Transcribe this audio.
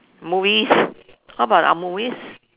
movies how about uh movies